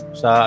sa